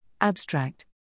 Abstract